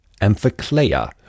Amphiclea